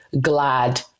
glad